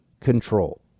control